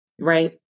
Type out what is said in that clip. Right